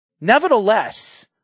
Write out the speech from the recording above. Nevertheless